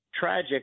tragic